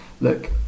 look